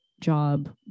job